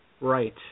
Right